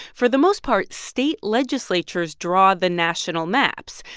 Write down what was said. for the most part, state legislatures draw the national maps.